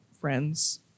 friends